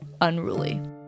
unruly